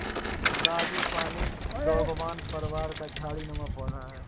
frangipani डोंगवन परिवार का झाड़ी नुमा पौधा है